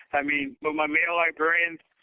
i mean, with my male librarians,